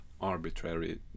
arbitrary